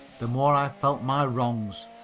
the more i felt my wrongs.